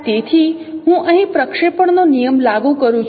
તેથી હું અહીં પ્રક્ષેપણનો નિયમ લાગુ કરું છું